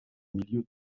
milieu